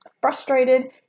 frustrated